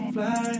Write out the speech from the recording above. Fly